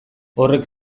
horrek